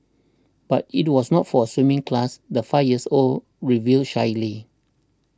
but it was not for a swimming class the five years old revealed shyly